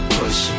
push